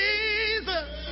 Jesus